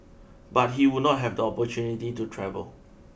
but he would not have the opportunity to travel